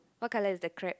what colour is the crab